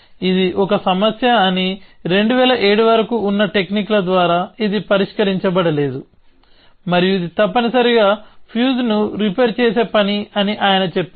ఇది ఒక సమస్య అని 2007 వరకు ఉన్న టెక్నిక్ల ద్వారా ఇది పరిష్కరించబడలేదు మరియు ఇది తప్పనిసరిగా ఫ్యూజ్ను రిపేర్ చేసే పని అని ఆయన చెప్పారు